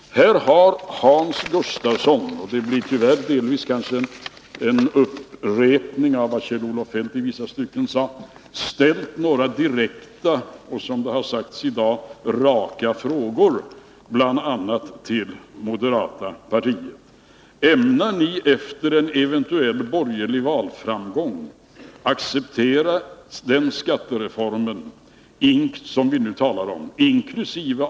Även om det kanske delvis blir en upprepning av vad Kjell-Olof Feldt i vissa stycken har sagt, vill jag erinra om att Hans Gustafsson har ställt några direkta och, som det har sagts i dag, raka frågor, bl.a. till det moderata partiet. Ämnar ni efter en eventuell borgerlig valframgång acceptera den skattereform som vi nu talar om inkl.